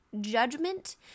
Judgment